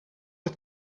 het